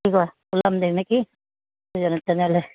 কি কয় ওলাম দে নেকি জ তেনেহ'লে